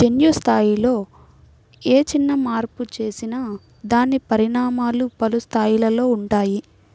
జన్యు స్థాయిలో ఏ చిన్న మార్పు చేసినా దాని పరిణామాలు పలు స్థాయిలలో ఉంటాయి